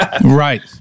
Right